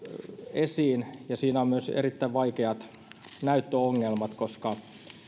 esiin ja siinä on myös erittäin vaikeat näyttöongelmat koska